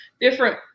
Different